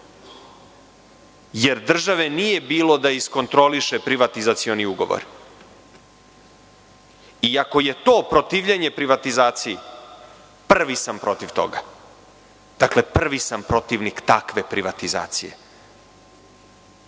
jer države nije bilo da iskontroliše privatizacioni ugovor. Ako je to protivljenje privatizaciji, prvi sam protiv toga. Dakle, prvi sam protivnik takve privatizacije. Kolege